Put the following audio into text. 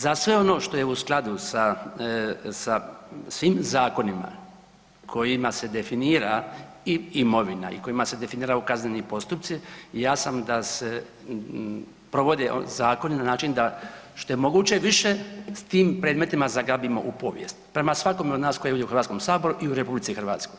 Za sve ono što je u skladu sa, sa svim zakonima kojima se definira i imovina i kojima se definiraju kazneni postupci, ja sam da se provode zakoni na način da što je moguće više s tim predmetima zagrabimo u povijest, prema svakome od nas koji je ovdje u HS-u i u RH.